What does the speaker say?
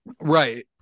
Right